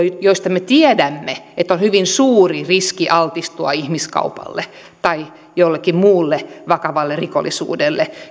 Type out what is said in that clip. joista me tiedämme että heillä on hyvin suuri riski altistua ihmiskaupalle tai jollekin muulle vakavalle rikollisuudelle